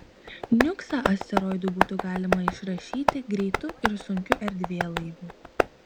niuksą asteroidui būtų galima išrašyti greitu ir sunkiu erdvėlaiviu